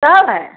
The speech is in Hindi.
सब है